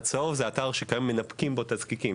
הצהוב הוא אתר שכיום מנפקים בו את הזקיקים.